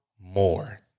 more